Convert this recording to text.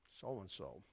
so-and-so